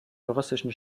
juristischen